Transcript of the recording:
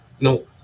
No